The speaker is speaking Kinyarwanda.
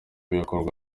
bigakorwa